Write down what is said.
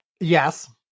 Yes